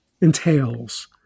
entails